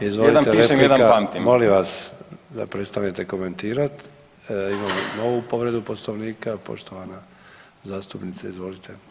Izvolite replika [[Upadica: Jedan pišem, jedan pamtim.]] molim vas da prestanete komentirati imamo novu povredu Poslovnika, poštovana zastupnice izvolite.